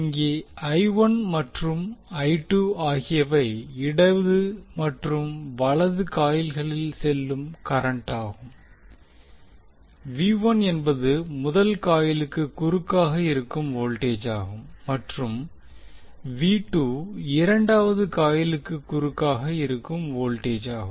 இங்கே மற்றும் ஆகியவை இடது மற்றும் வலது காயில்களில் செல்லும் கரண்ட்டாகும் என்பது முதல் காயிலுக்கு குறுக்காக இருக்கும் வோல்டேஜாகும் மற்றும் இரண்டாவது காயிலுக்கு குறுக்காக இருக்கும் வோல்டேஜாகும்